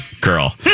girl